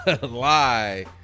lie